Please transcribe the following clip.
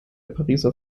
pariser